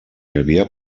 havia